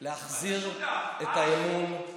להחזיר את האמון,